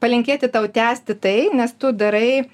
palinkėti tau tęsti tai nes tu darai